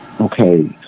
okay